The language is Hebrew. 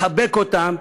תחבק אותם,